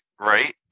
right